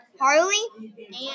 Harley